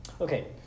Okay